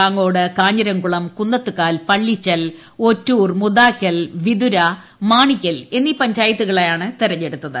Pangode Kanjiramkulam Kunnathukal Pallichal Ottoor Mudakkal Vithura Manickal എന്നീ പഞ്ചായത്തുകളെയാണ് തെരഞ്ഞെടുത്തത്